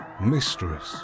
mistress